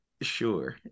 Sure